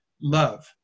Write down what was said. love